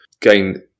gain